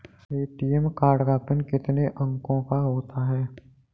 ATM card का PIN कितने अंकों का होता है?